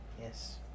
Yes